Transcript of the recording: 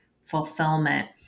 fulfillment